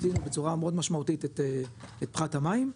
הקטינו בצורה מאוד משמעותית את פחת המים,